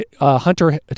Hunter